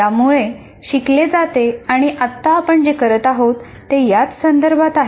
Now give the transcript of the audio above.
यामुळे शिकले जाते आणि आत्ता आपण जे करत आहोत ते याच संदर्भात आहे